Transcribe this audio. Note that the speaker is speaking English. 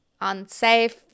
unsafe